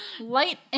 Light